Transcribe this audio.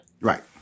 Right